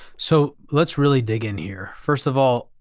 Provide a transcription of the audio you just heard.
so let's really dig in here. first of all,